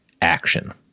action